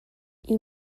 you